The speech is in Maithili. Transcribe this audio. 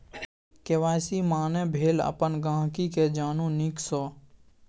के.वाइ.सी माने भेल अपन गांहिकी केँ जानु नीक सँ